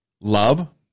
love